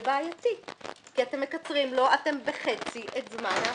בעייתי כי אתם מקצרים לו בחצי אץ זמן ההשגה.